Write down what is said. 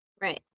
Right